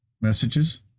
Messages